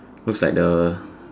looks like the